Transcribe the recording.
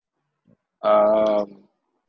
um